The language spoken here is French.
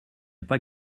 pas